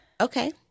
okay